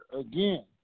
again